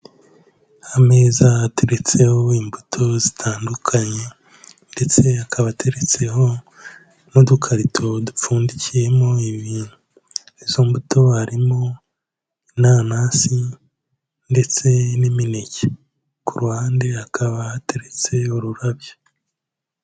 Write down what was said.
Ameza ateretseho imbuto zitandukanye ndetse akaba ateretseho n'udukarito dupfundikiyemo ibintu, izo mbuto harimo; inanasi ndetse n'imineke, ku ruhande hakaba hateretse ururabyo.